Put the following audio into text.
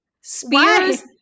Spears